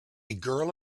girl